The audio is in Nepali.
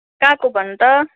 कहाँको भन त